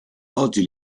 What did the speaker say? oggi